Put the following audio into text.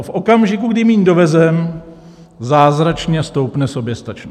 V okamžiku, kdy míň dovezeme, zázračně stoupne soběstačnost.